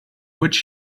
which